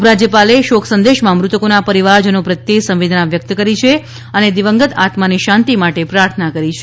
ઉપરાજ્યપાલે શોકસંદેશમાં મૃતકોના પરિવારજનો પ્રત્યે સંવેદના વ્યક્ત કરી છે અને દિવંગત આત્માની શાંતિ માટે પ્રાર્થના કરી છે